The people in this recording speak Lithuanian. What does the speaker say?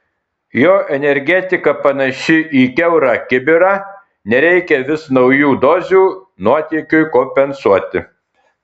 jo energetika panaši į kiaurą kibirą reikia vis naujų dozių nuotėkiui kompensuoti